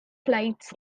flights